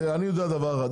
תראה אני יודע דבר אחד,